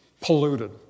polluted